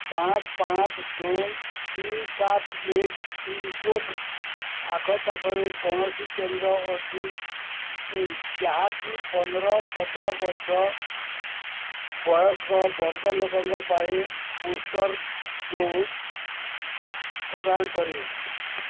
ପାଞ୍ଚ ପାଞ୍ଚ ଶୂନ ତିନ ସାତ ଏକ ପିନ୍କୋଡ଼୍ ଆଖପାଖରେ କୌଣସି କେନ୍ଦ୍ର ଅଛି କି ଯାହାକି ପନ୍ଦର ସତର ବର୍ଷ ବୟସଙ୍କ ବର୍ଗ ଲୋକଙ୍କ ପାଇଁ ବୁଷ୍ଟର୍ ଡୋଜ୍ ପ୍ରଦାନ କରେ